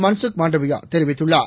மன்சுக் மண்டாவியா தெரிவித்துள்ளார்